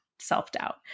self-doubt